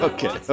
Okay